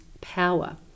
power